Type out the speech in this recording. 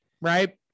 Right